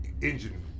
engine